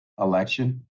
election